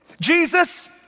Jesus